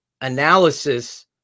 analysis